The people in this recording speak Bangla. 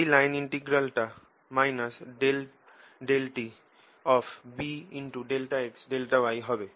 এই লাইন ইনটিগ্রালটা ∂tB∆x∆y হবে